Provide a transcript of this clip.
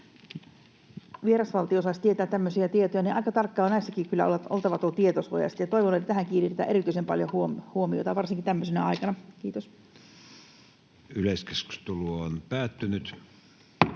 vieras valtio saisi tietää tämmöisiä tietoja, joten aika tarkka on kyllä näissäkin oltava tuo tietosuoja. Toivon, että tähän kiinnitetään erityisen paljon huomiota varsinkin tämmöisenä aikana. — Kiitos. [Speech 260]